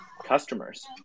customers